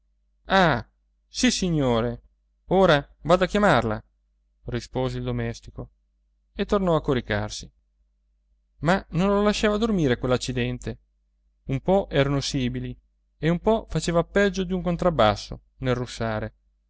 figlia ah sissignore ora vado a chiamarla rispose il domestico e tornò a coricarsi ma non lo lasciava dormire quell'accidente un po erano sibili e un po faceva peggio di un contrabbasso nel russare